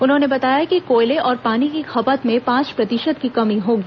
उन्होंने बताया कि कोयले और पानी की खपत में पांच प्रतिशत की कमी होगी